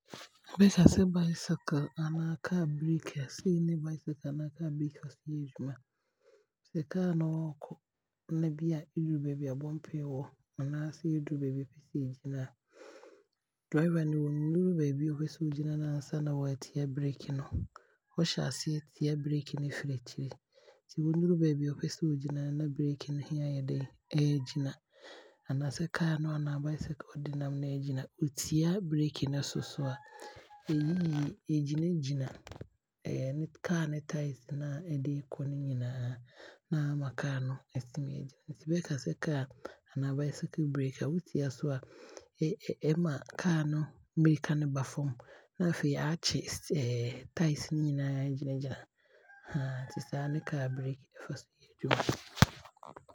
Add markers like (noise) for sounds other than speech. Bɛkasɛ bicycle anaa car Break a, sei ne bicycle anaa car Break fa so yɛ adwuma. Sɛ car no ɛɛkɔne bia ɛduru baabi a bumping wɔ anaasɛ ɛduru baabi a ɛpɛsɛ ɛgyina a, driber no ɔnnuru baabi a ɔpɛsɛ ɔgyina no ansa na waatwa Break no, ɔhyɛ aseɛ tia Break no akyiri, nti ɔnnuru baabi a ɔpɛ sɛ ɔgyina no na Break he aayɛ den na agyina. Anaasɛ car no anaa bicycle no a ɔde nam no agyina. Ɔtua Break no nso so a, ɛyiyi ɛgyina gyina (hesitation) ne car no Tyres no a ɛde ɛɛkɔ no nyinaa na aama car no atumi agyina. Nti bɛkasɛ car anaa bicycle Break a, wotia so a ɛɛma car no mirika no ba fam, na afei aakye (hesitation) Tyres no nyinaa aagyin gyina (hesitation) nti saa ne car Break ɔfaso yɛ adwuma. (noise)